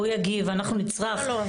הוא יגיב ואנחנו נצרח.